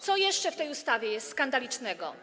Co jeszcze w tej ustawie jest skandalicznego?